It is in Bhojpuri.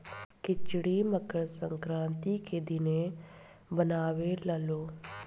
खिचड़ी मकर संक्रान्ति के दिने बनावे लालो